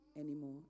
anymore